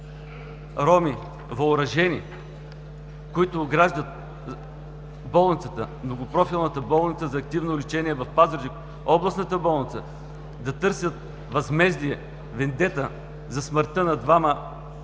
роми – въоръжени, които ограждат Многопрофилната болница за активно лечение в Пазарджик – областната болница, да търсят възмездие, вендета за смъртта на двама,